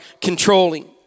controlling